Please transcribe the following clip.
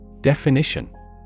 Definition